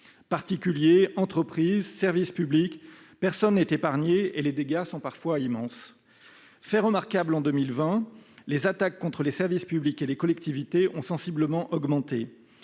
Particuliers, entreprises, services publics : personne n'est épargné, et les dégâts sont parfois immenses. Fait remarquable, en 2020, les attaques contre les services publics et les collectivités ont sensiblement augmenté.